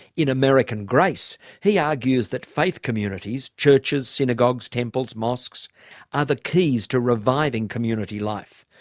in american grace he argues that faith communities churches, synagogues, temples, mosques are the keys to reviving community life,